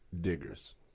diggers